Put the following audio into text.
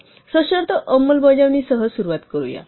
चला सशर्त अंमलबजावणीसह सुरुवात करूया